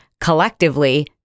collectively